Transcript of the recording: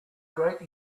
great